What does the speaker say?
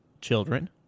children